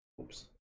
Oops